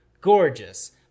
gorgeous